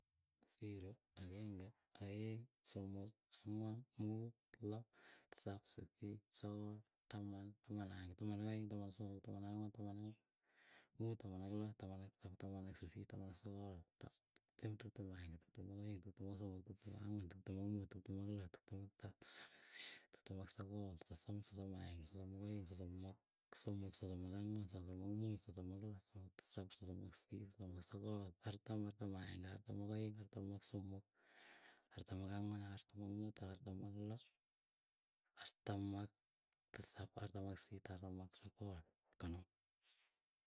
Zero. ageng'e, aeng, somok, angwan, muut, loo, tisap, sisit, sokol, taman, taman ak aenge taman ak aeng, taman ak somok, taman ak angwan, taman ak muut, taman ak loo, taman ak tisap, taman ak sisit, taman ak sokol, tiptem, tiptem ak ageng'e, tiptem ak aeng, tiptem ak somok, tiptem ak angwan, tiptem ak muut, tiptem ak loo, tiptem ak tisap, tiptem ak sisit, tiptem ak sokol, sosom, sosom ak aenge, sosom ak aeng, sosom ak somok, sosom ak angwan, sosom ak muut, sosom ak loo, sosom ak tisap, sosom ak sisit, sosom ak sokol, artam, artam ak ageng'e artam ak aeng artam ak somok, artam ak angwan, artam ak muut, artam ak loo, artam ak tisap, artam ak sisit, artam ak sogol, konom.